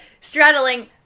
straddling